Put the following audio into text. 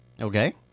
Okay